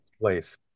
place